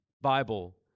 Bible